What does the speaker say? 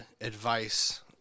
advice